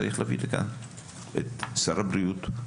צריך להביא לכאן את שר הבריאות,